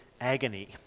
agony